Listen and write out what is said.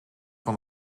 van